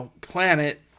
planet